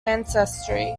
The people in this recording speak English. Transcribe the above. ancestry